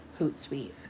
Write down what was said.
Hootsuite